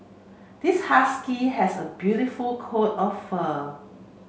this husky has a beautiful coat of fur